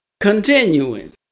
Continuing